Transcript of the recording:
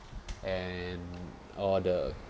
and all the